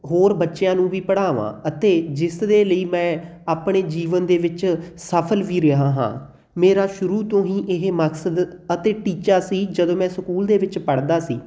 ਹੋਰ ਬੱਚਿਆਂ ਨੂੰ ਵੀ ਪੜ੍ਹਾਵਾਂ ਅਤੇ ਜਿਸ ਦੇ ਲਈ ਮੈਂ ਆਪਣੇ ਜੀਵਨ ਦੇ ਵਿੱਚ ਸਫ਼ਲ ਵੀ ਰਿਹਾ ਹਾਂ ਮੇਰਾ ਸ਼ੁਰੂ ਤੋਂ ਹੀ ਇਹ ਮਕਸਦ ਅਤੇ ਟੀਚਾ ਸੀ ਜਦੋਂ ਮੈਂ ਸਕੂਲ ਦੇ ਵਿੱਚ ਪੜ੍ਹਦਾ ਸੀ